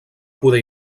poder